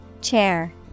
Chair